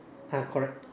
ah correct